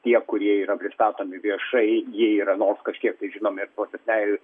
tie kurie yra pristatomi viešai jie yra nors kažkiek tai žinomi platesnei